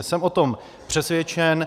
Jsem o tom přesvědčen.